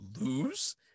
lose